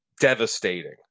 devastating